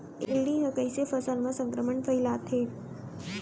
इल्ली ह कइसे फसल म संक्रमण फइलाथे?